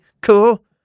cool